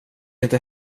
inte